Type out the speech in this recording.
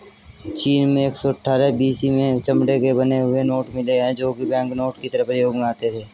चीन में एक सौ अठ्ठारह बी.सी में चमड़े के बने हुए नोट मिले है जो की बैंकनोट की तरह प्रयोग में आते थे